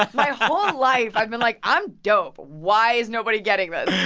my whole life i've been like, i'm dope. why is nobody getting this?